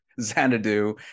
Xanadu